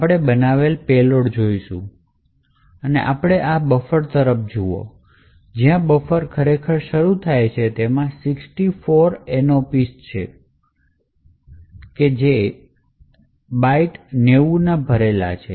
આપણે બનાવેલ પેલોડ જોઈશું અને આપણે આ બફર તરફ જોશું જ્યાં બફર ખરેખર શરૂ થાય છે તેમાં 64 nops છે બાઇટ 90 ના ભરેલા છે